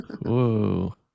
Whoa